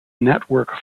network